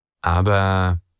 aber